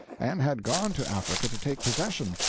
and had gone to africa to take possession,